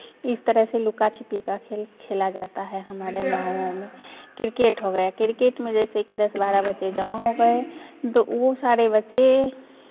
इस तरह से लुका छिपी का खेल खेला जाता है हमारे गाँव वाँव में क्रिकेट हो गया क्रिकेट में जैसे कि दस बारह बच्चे जमा हो गए तो वो सारे बच्चे